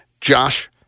Josh